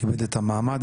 כיבד את המעמד,